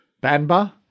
Banba